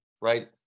right